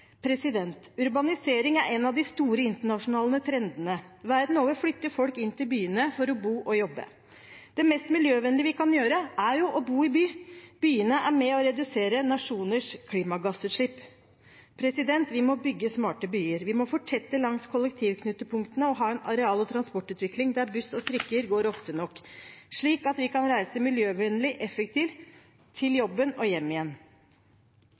Urbanisering er en av de store internasjonale trendene. Verden over flytter folk inn til byene for å bo og jobbe. Det mest miljøvennlige vi kan gjøre, er å bo i by. Byene er med på å redusere nasjoners klimagassutslipp. Vi må bygge smarte byer. Vi må fortette langs kollektivknutepunktene og ha en areal- og transportutvikling der buss og trikk går ofte nok, slik at vi kan reise miljøvennlig og effektivt til jobben og hjem igjen.